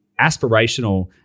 aspirational